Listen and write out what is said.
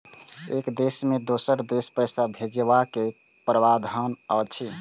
एक देश से दोसर देश पैसा भैजबाक कि प्रावधान अछि??